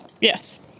Yes